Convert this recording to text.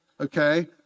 Okay